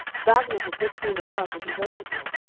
wagner had just been in love when he wrote it all.